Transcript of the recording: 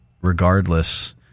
regardless